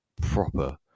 proper